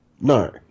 No